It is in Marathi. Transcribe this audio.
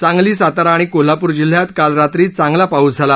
सांगली सातारा आणि कोल्हापूर जिल्ह्यात काल रात्री चांगला पाऊस झाला